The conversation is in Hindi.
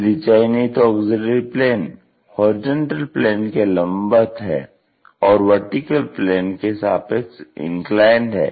यदि चयनित ऑग्ज़िल्यरी प्लेन HP के लम्बवत है और VP के सापेक्ष इन्क्लाइन्ड है